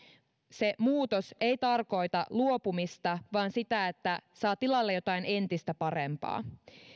se muutos ei tarkoita luopumista vaan sitä että saa tilalle jotain entistä parempaa